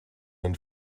man